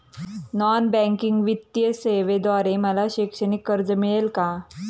Non banking वित्तीय सेवेद्वारे मला शैक्षणिक कर्ज मिळेल का?